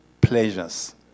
pleasures